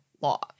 law